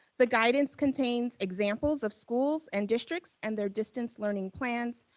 the guidance contains examples of schools and districts and their distance learning plans.